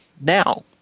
now